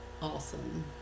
awesome